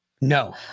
No